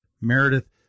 Meredith